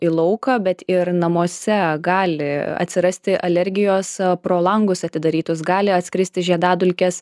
į lauką bet ir namuose gali atsirasti alergijos pro langus atidarytus gali atskristi žiedadulkės